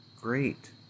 great